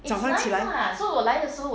早上起来